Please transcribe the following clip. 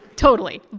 totally.